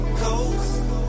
coast